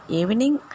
evening